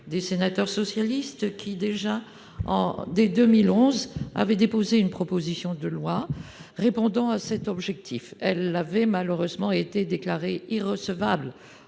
des sénateurs socialistes, qui, dès 2011, avaient déposé une proposition de loi visant à cette fin. Elle avait malheureusement été déclarée irrecevable